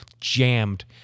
jammed